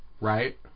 Right